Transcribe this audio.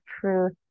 truth